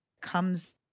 comes